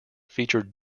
featured